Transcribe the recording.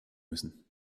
müssen